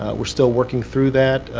ah we're still working through that,